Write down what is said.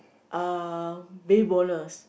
uh baby bonus